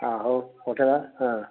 ହଁ ହଉ ପଠେଇବା ହଁ